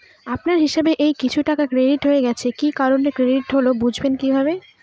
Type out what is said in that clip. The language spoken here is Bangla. আপনার হিসাব এ কিছু টাকা ক্রেডিট হয়েছে কি কারণে ক্রেডিট হল বুঝবেন কিভাবে?